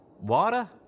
Water